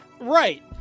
Right